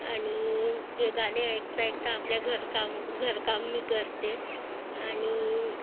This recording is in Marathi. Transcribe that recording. आणि हे गाणे ऐकता ऐकता आपल्या घरकाम घरकाम मी करते आणि